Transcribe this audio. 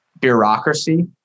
bureaucracy